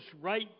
right